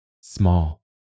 Small